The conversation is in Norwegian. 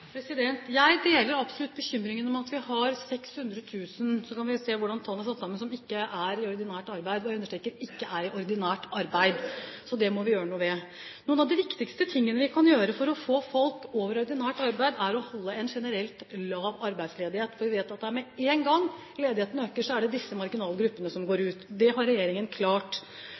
Jeg deler absolutt bekymringen over at vi har 600 000 – vi kan jo se på hvordan tallene er satt sammen – som ikke er i ordinært arbeid. Det må vi gjøre noe med. Noe av det viktigste vi kan gjøre for å få folk over i ordinært arbeid, er å holde en generelt lav arbeidsledighet, for vi vet at med en gang ledigheten øker, er det disse marginale gruppene som går ut. Det har regjeringen klart.